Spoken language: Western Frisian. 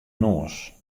noas